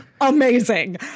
amazing